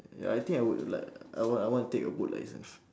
ya I think I would lah I want I want to take a boat license